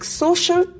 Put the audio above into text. social